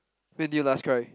when did you last cry